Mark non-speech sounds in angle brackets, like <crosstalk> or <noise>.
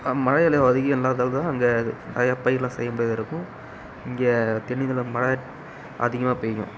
மழை <unintelligible> அங்கே நிறையா பயிர்லாம் செய்ய முடியாதாக இருக்கும் இங்கே தென் இந்தியாவில் மழை அதிகமாக பெய்யும்